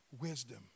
wisdom